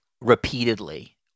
repeatedly